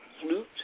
flute